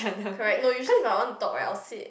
correct no usually if I want to talk I will sit